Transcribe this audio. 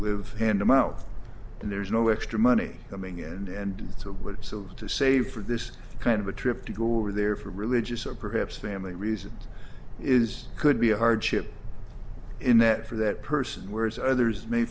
live hand to mouth and there's no extra money coming in and so what so to say for this kind of a trip to go over there for religious or perhaps family reasons is could be a hardship in that for that person's words others may